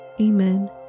Amen